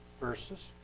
verses